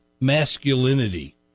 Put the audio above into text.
masculinity